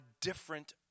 different